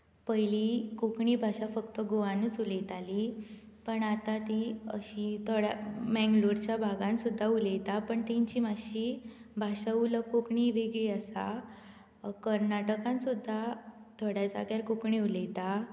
पयलीं कोंकणी भाशा फक्त गोवानूच उलयतालीं पण आतां ती थोड्या मेंगलोरच्या भागांत सुद्दां उलयता पूण तांची मातशी भाशा उलोवप कोंकणी वेगळी आसा कर्नाटकांत सुद्दां थोड्या जाग्यार कोंकणी उलयतात